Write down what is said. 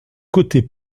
côté